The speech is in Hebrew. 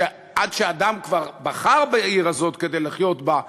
עד שאדם כבר בחר בעיר הזאת כדי לחיות בה,